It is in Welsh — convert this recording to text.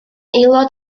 aelod